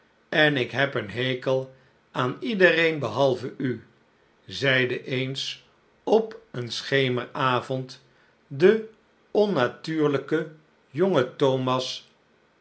en ik heb een hekel aan iedereen behalve u zeide eens op een schemeravond de onnatuurlijke jonge thomas